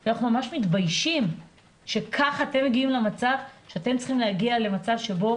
כי אנחנו ממש מתביישים שכך אתם צריכים להגיע למצב שבו